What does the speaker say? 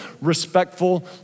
respectful